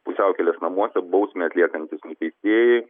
pusiaukelės namuose bausmę atliekantys nuteistieji